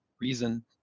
reason